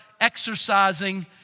exercising